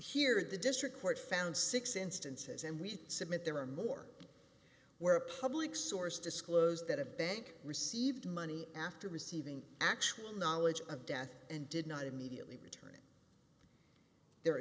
here the district court found six instances and we submit there are more where a public source disclosed that a bank received money after receiving actual knowledge of death and did not immediately return